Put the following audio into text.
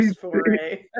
foray